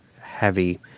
heavy